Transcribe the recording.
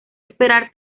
esperar